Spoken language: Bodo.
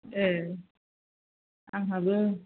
ए आंहाबो